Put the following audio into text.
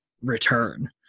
return